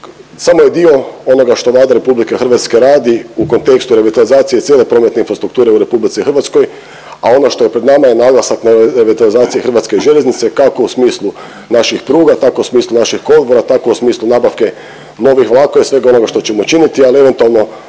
samo je dio onoga što Vlada RH radi u kontekstu revitalizacije cijele prometne infrastrukture u RH. A ono što je pred nama je naglasak na revitalizaciji HŽ-a kako u smislu naših pruga tako u smislu naših kolodvora, tako u smislu nabavke novih vlakova i svega onoga što ćemo učiniti, al eventualno